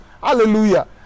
Hallelujah